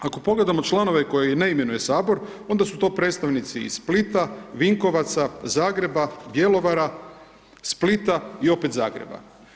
Ako pogledamo članove koje ne imenuje Sabor, onda su to predstavnici iz Splita, Vinkovaca, Zagreba, Bjelovara, Splita i opet Zagreba.